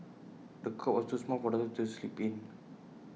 the cot was too small for the toddler to sleep in